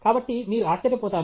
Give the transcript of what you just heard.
కాబట్టి మీరు ఆశ్చర్యపోతారు